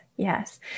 Yes